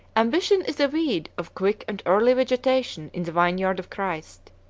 ambition is a weed of quick and early vegetation in the vineyard of christ.